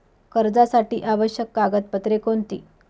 कर्जासाठी आवश्यक कागदपत्रे कोणती?